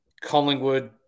Collingwood